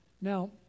Now